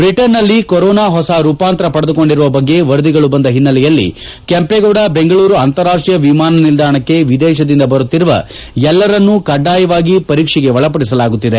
ಬ್ರಿಟನ್ನಲ್ಲಿ ಕೊರೊನಾ ಹೊಸ ರೂಪಾಂತರ ಪಡೆದುಕೊಂಡಿರುವ ಬಗ್ಗೆ ವರದಿಗಳ ಬಂದ ಹಿನ್ನಲೆಯಲ್ಲಿ ಕೆಂಪೇಗೌಡ ಬೆಂಗಳೂರು ಅಂತಾರಾಷ್ಟೀಯ ವಿಮಾನ ನಿಲ್ದಾಣಕ್ಕೆ ವಿದೇಶದಿಂದ ಬರುತ್ತಿರುವ ಎಲ್ಲರನ್ನು ಕಡ್ಡಾಯವಾಗಿ ಪರೀಕ್ಷೆಗೆ ಒಳಪಡಿಸಲಾಗುತ್ತಿದೆ